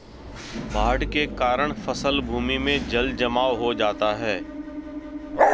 बाढ़ के कारण फसल भूमि में जलजमाव हो जाता है